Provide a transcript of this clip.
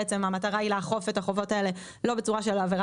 כי המטרה היא לאכוף את החובות האלו לא בצורה של עבירה